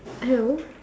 hello